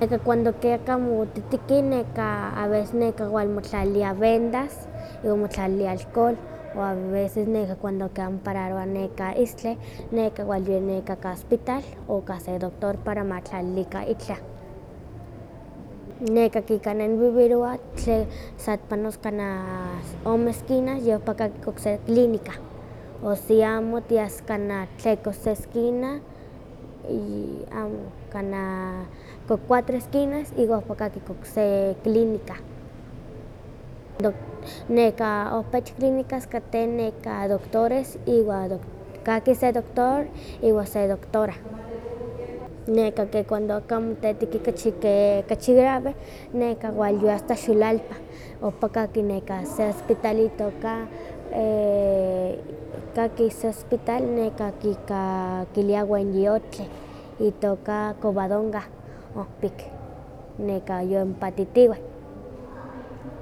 Neka cuando ki aka motitiki a veces neka walmotlalilia vendas iwa motlalilia alcohol, iwa a veces neka cuando ke amo mopararoba estli, neka walyawi ka se hospital o ka se doctor para ma tlalilika itlah. Neka ki ka ne nivivirowa sa tipanos kanah ome esquina yompaka se clínica, o si amo tias kanah tlehkos esquina yi- am- kanah cuatro esquinas iwa ompa katki okse clínica. Ohpa ich clínicas kateh doctores y iwan kahki se doctor iwa se doctora. Neka cuando aka kachi moteteki ke kachi grave, walyawi asta xulalpa, ompa kaki se hospital itoka kaki se hospital neka ika kilia wenyi ohtli itoka covadonga. Ompik, yon mopatitiweh.